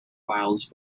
files